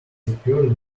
secured